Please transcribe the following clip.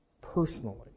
personally